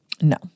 No